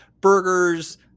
burgers